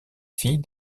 fille